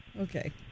okay